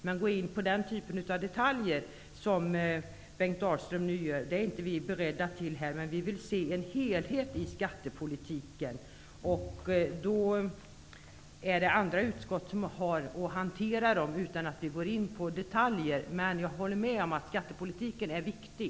Men vi är inte beredda att gå in på den typen av detaljer som Bengt Dalström nu gör. Vi vill se en helhet i skattepolitiken. Det är andra utskott som har att hantera de frågorna. Men jag håller med om att skattepolitiken är viktig.